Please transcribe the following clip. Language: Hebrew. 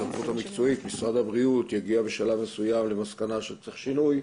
הסמכות המקצועית במשרד הבריאות יגיעו בשלב מסוים למסקנה שצריך שינוי,